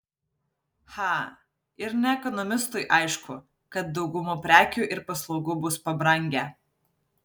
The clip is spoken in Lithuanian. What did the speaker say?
cha ir ne ekonomistui aišku kad dauguma prekių ir paslaugų bus pabrangę